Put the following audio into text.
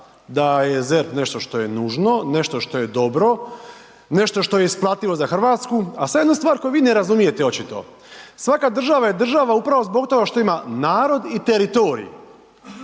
da je ZERP nešto što je nužno, nešto što je dobro, nešto što je isplativo za Hrvatsku. A sada jedna stvar koju vi ne razumijete očito. Svaka država je država upravo zbog toga što ima narod i teritorij.